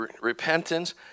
repentance